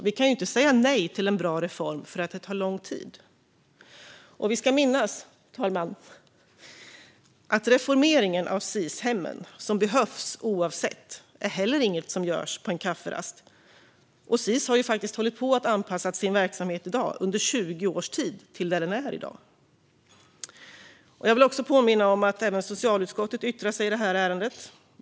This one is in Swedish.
Vi kan inte säga nej till en bra reform för att den tar lång tid. Och vi ska minnas, fru talman, att reformeringen av Sis-hemmen, som behövs oavsett, inte heller är något som görs på en kafferast. Sis har under 20 års tid hållit på att anpassa sin verksamhet till det den är i dag. Jag vill också påminna om att även socialutskottet yttrat sig i detta ärende.